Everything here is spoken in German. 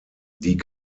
die